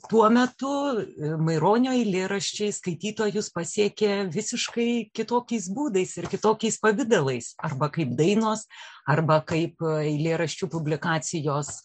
tuo metu maironio eilėraščiai skaitytojus pasiekia visiškai kitokiais būdais ir kitokiais pavidalais arba kaip dainos arba kaip eilėraščių publikacijos